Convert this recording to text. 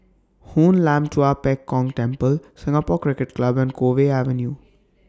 Hoon Lam Tua Pek Kong Temple Singapore Cricket Club and Cove Avenue